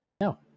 No